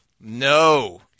No